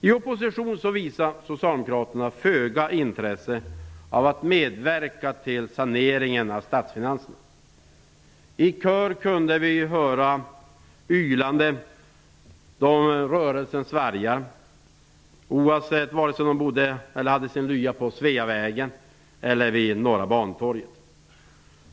I opposition visade Socialdemokraterna föga intresse av att medverka till saneringen av statsfinanserna. I kör kunde vi höra ylandet från rörelsens vargar, vare sig de hade sin lya på Sveavägen eller vid Norra Bantorget.